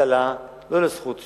ההצלה, לא תהיה לו זכות שביתה.